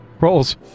Rolls